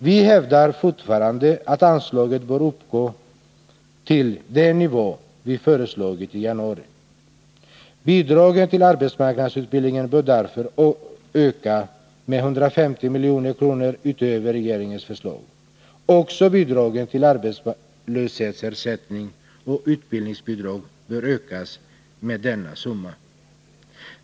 Vi hävdar fortfarande att anslagen bör uppgå till den nivå vi föreslagit i januari. Bidragen till arbetsmarknadsutbildning bör därför öka med 150 milj.kr. utöver regeringens förslag. Också bidragen till arbetslöshetsersättning och utbildningsbidrag bör ökas med denna summa.